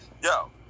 Yo